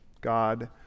God